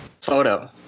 photo